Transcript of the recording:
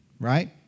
Right